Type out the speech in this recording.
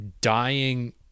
dying